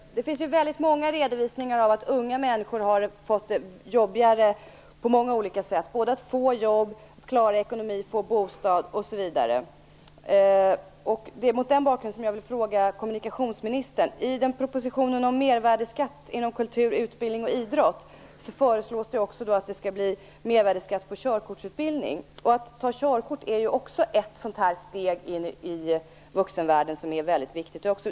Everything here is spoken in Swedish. Fru talman! Det finns väldigt många redovisningar av att unga människor har fått det jobbigare på många olika sätt. Det är jobbigare både att få jobb, klara ekonomin, få bostad osv. Det är mot den bakgrunden som jag vill fråga kommunikationsministern följande: I propositionen om mervärdesskatt inom kultur, utbildning och idrott föreslås det också att det skall bli mervärdesskatt på körtkortsutbildning. Att ta körkort är ett steg in i vuxenvärlden som är väldigt viktigt.